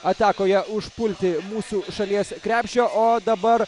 atakoje užpulti mūsų šalies krepšio o dabar